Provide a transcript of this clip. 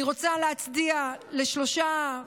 אני רוצה להצדיע לשלושה,